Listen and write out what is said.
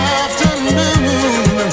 afternoon